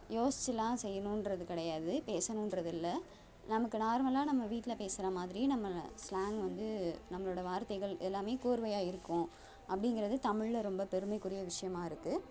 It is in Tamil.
யோசிச்செல்லாம் செய்யணுன்றது கிடையாது பேசணுன்றது இல்லை நமக்கு நார்மலாக நம்ம வீட்டில் பேசுகிற மாதிரி நம்மளை ஸ்லாங் வந்து நம்மளோடய வார்த்தைகள் எல்லாமே கோர்வையாக இருக்கும் அப்படீங்கிறது தமிழில் ரொம்ப பெருமைக்குரிய விஷயமா இருக்குது